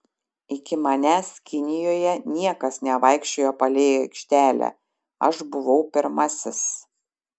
iki manęs kinijoje niekas nevaikščiojo palei aikštelę aš buvau pirmasis